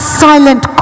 silent